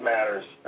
Matters